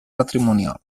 patrimonial